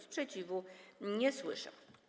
Sprzeciwu nie słyszę.